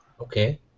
Okay